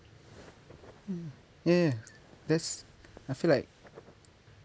mm ya ya that's I feel like